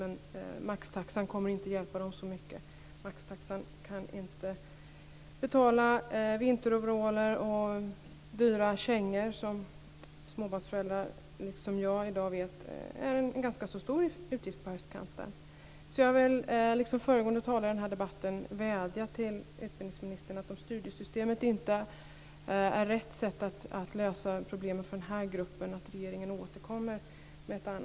Men maxtaxan kommer inte att hjälpa dem så mycket. Maxtaxan kan inte betala vinteroveraller och dyra kängor som småbarnsföräldrar som jag i dag vet är en ganska stor utgift på höstkanten. Jag vill liksom föregående talare i debatten vädja till utbildningsministern att regeringen återkommer med ett annat sätt, om studiestödssystemet inte är rätt sätt att lösa problemen för den här gruppen.